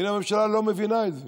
הממשלה לא מבינה את זה.